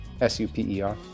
S-U-P-E-R